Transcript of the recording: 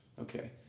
Okay